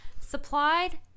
Supplied